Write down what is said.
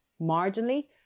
marginally